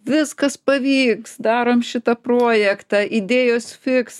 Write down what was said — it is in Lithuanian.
viskas pavyks darom šitą projektą idėjos fiks